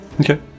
Okay